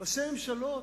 ראשי ממשלות.